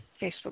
Facebook